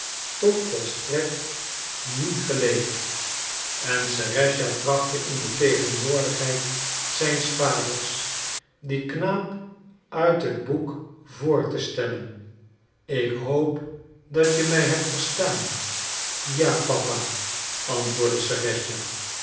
toch volstrekt niet geleek en serëscha trachtte in de tegenwoordigheid zijns vaders dien knaap uit het boek voor te stellen ik hoop dat je mij hebt verstaan ja papa antwoordde